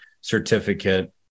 certificate